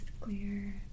clear